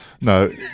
No